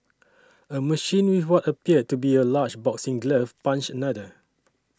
a machine with what appeared to be a large boxing glove punched another